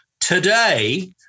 Today